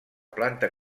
planta